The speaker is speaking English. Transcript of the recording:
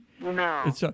No